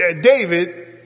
David